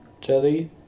Jelly